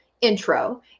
intro